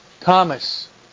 Thomas